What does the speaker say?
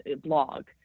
blog